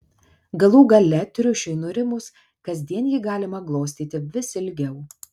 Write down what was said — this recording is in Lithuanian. galų gale triušiui nurimus kasdien jį galima glostyti vis ilgiau